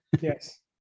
Yes